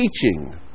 teaching